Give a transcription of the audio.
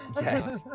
yes